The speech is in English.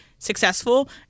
successful